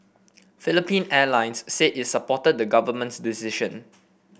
Philippine Airlines said it supported the government's decision